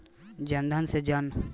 जनधन से जन सुरक्षा के फायदा कैसे मिली?